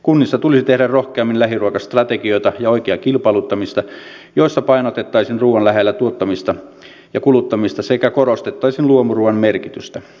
kunnissa tulisi tehdä rohkeammin lähiruokastrategioita ja oikeaa kilpailuttamista joissa painotettaisiin ruuan lähellä tuottamista ja kuluttamista sekä korostettaisiin luomuruuan merkitystä